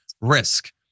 risk